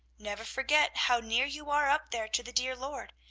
never forget how near you are up there to the dear lord,